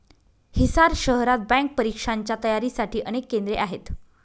हिसार शहरात बँक परीक्षांच्या तयारीसाठी अनेक केंद्रे आहेत